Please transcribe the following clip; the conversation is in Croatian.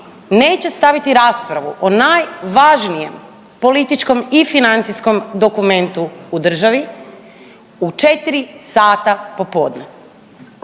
neće staviti raspravu o najvažnijem političkom i financijskom dokumentu u državi u 4 sata popodne.